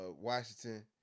Washington